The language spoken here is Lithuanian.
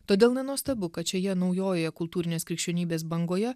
todėl nenuostabu kad šioje naujojoje kultūrinės krikščionybės bangoje